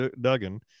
duggan